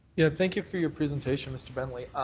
yeah thank you for your presentation, mr. bentley.